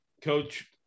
Coach